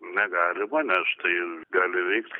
negalima nes tai gali veikt kaip